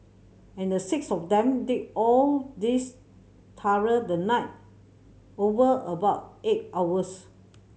and the six of them did all this through the night over about eight hours